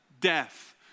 death